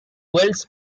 welsh